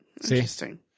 Interesting